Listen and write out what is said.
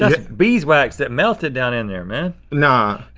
bees wax that melted down in there, man. nah,